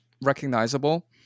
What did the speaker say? recognizable